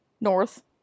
North